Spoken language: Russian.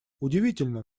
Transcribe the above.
удивительно